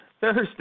thursday